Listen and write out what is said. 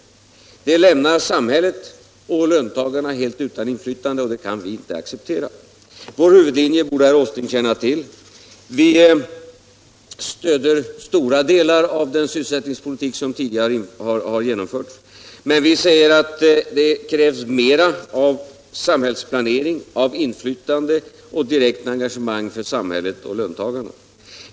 Det kan vi inte acceptera därför att det lämnar samhället och löntagarna helt utan inflytande. Vår huvudlinje borde herr Åsling känna till. Vi stöder stora delar av den sysselsättningspolitik som tidigare har genomförts, men vi säger att det behövs mera av samhällsplanering, inflytande och direkt engagemang för samhället och löntagarna.